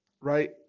right